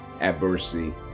adversity